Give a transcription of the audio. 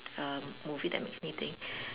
a movie that makes me think